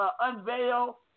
unveil